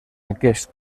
aquest